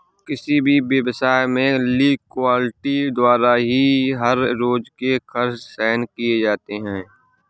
किसी भी व्यवसाय में लिक्विडिटी द्वारा ही हर रोज के खर्च सहन किए जाते हैं